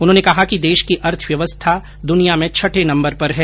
उन्होंने कहा कि देश की अर्थव्यवस्था दुनिया में छठे नम्बर पर है